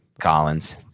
Collins